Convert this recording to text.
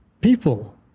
people